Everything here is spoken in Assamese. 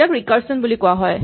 যাক ৰিকাৰছন বুলি কোৱা হয়